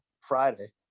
Friday